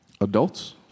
Adults